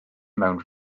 mewn